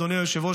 אדוני היושב-ראש,